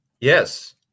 Yes